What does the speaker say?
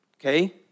Okay